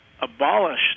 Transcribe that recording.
abolished